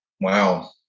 Wow